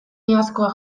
iazkoa